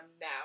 now